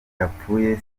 apfuye